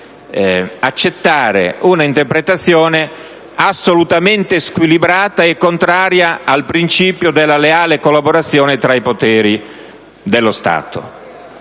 accettare un'interpretazione assolutamente squilibrata e contraria al principio della leale collaborazione tra i poteri dello Stato.